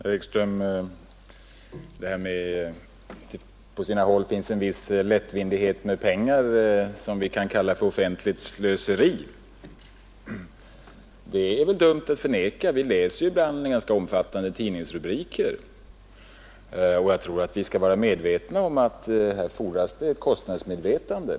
Herr talman! Ja, herr Ekström, att det på sina håll finns en viss lättvindighet med pengar, som vi kan kalla offentligt slöseri, är väl dumt att förneka. Vi läser ibland ganska omfattande tidningsrubriker härom, och jag tror att man skall vara på det klara med att det fordras ett bättre kostnadsmedvetande.